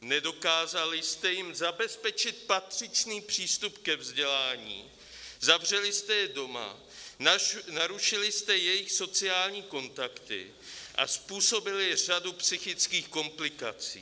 Nedokázali jste jim zabezpečit patřičný přístup ke vzdělání, zavřeli jste je doma, narušili jste jejich sociální kontakty a způsobili řadu psychických komplikací.